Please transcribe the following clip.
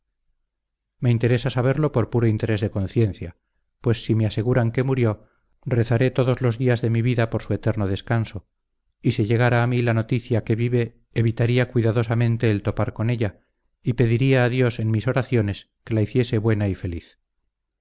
me interesa saberlo por puro interés de conciencia pues si me aseguran que murió rezaré todos los días de mi vida por su eterno descanso y si llegara a mí noticia que vive evitaría cuidadosamente el topar con ella y pediría a dios en mis oraciones que la hiciese buena y feliz